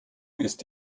ist